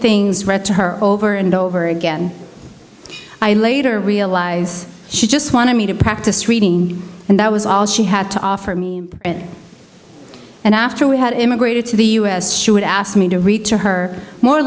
things read to her over and over again i later realize she just wanted me to practice reading and that was all she had to offer me and after we had immigrated to the us she would ask me to read to her more